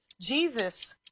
Jesus